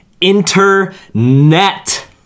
internet